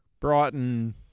Brighton